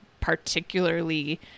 particularly